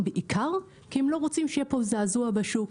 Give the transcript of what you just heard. ובעיקר-בעיקר כי הם לא רוצים שיהיה פה זעזוע בשוק,